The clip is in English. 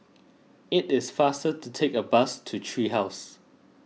it is faster to take the bus to Tree House